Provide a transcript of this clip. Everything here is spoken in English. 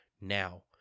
Now